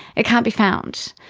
it can't be found.